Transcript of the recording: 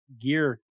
gear